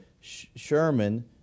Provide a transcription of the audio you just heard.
Sherman